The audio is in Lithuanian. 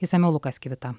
išsamiau lukas kivita